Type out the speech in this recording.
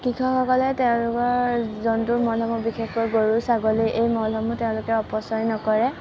কৃষকসকলে তেওঁলোকৰ জন্তুৰ মলসমূহ বিশেষকৈ গৰু ছাগলীৰ এই মলসমূহ তেওঁলোকে অপচয় নকৰে